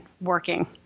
working